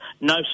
no